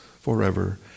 forever